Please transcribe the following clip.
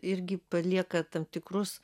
irgi palieka tam tikrus